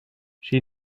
she